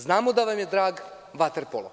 Znamo da vam je drag vaterpolo.